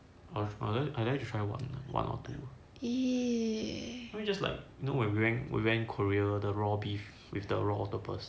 I'd like to try one lah one or two you know it's just like we went we went korea the raw beef with the raw octopus